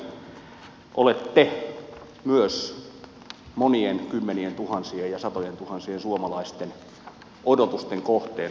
olette myös monien kymmenientuhansien ja satojentuhansien suomalaisten odotusten kohteena